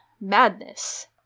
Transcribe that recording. madness